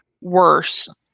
worse